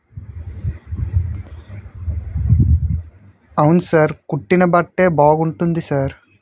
అవును సార్ కుట్టిన బట్టే బాగుంటుంది సార్